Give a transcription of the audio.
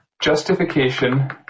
justification